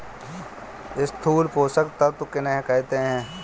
स्थूल पोषक तत्व किन्हें कहते हैं?